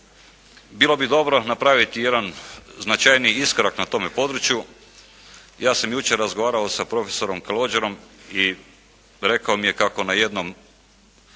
bilo bi dobro napraviti jedan značajniji iskorak na tome području. Ja sam jučer razgovarao sa prof. Kalođerom i rekao mi je kako na jednom